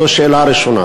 זו שאלה ראשונה.